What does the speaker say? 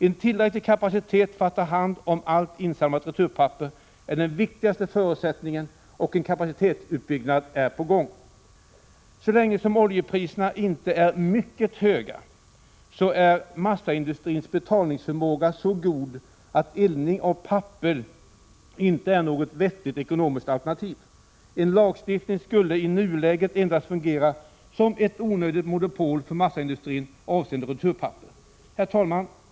En tillräcklig kapacitet för att ta hand om allt insamlat returpapper är den viktigaste förutsättningen, och en kapacitetsutbyggnad är på gång. Så länge som oljepriserna inte är mycket höga, är massaindustrins betalningsförmåga så god att eldning av papper inte är något vettigt ekonomiskt alternativ. En lagstiftning skulle i nuläget endast fungera som ett onödigt monopol för massaindustrin avseende returpappret. Herr talman!